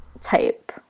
type